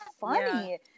funny